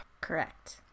Correct